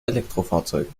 elektrofahrzeugen